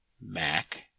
Mac